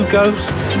Ghosts